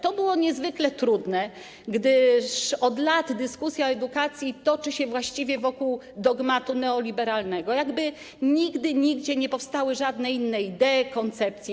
To było niezwykle trudne, gdyż od lat dyskusja o edukacji toczy się właściwie wokół dogmatu neoliberalnego, jakby nigdy nigdzie nie powstały żadne inne idee, koncepcje.